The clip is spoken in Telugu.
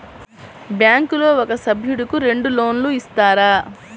బ్యాంకులో ఒక సభ్యుడకు రెండు లోన్లు ఇస్తారా?